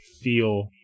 feel